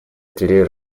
три